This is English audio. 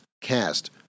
cast